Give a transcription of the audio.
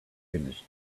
finished